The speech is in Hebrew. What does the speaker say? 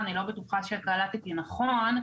אני לא בטוחה שקלטתי נכון,